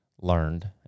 learned